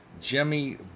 Jimmy